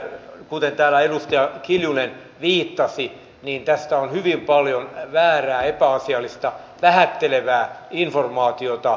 elikkä kuten täällä edustaja kiljunen viittasi tästä on hyvin paljon väärää epäasiallista vähättelevää informaatiota